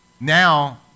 now